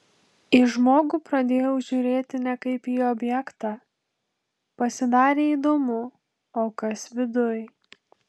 į žmogų pradėjau žiūrėti ne kaip į objektą pasidarė įdomu o kas viduj